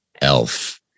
ELF